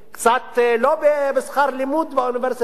קצת בשכר לימוד באוניברסיטה,